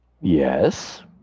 Yes